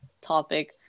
topic